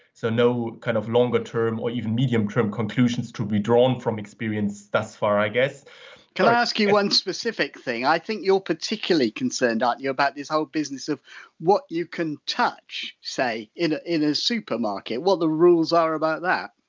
so no kind of longer term or even medium-term conclusions to be drawn from experience thus far, i guess can i ask you one specific thing i think you're particularly concerned, aren't you, about this whole business of what you can touch, say, in in a supermarket, what the rules are about that?